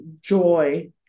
joy